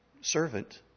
servant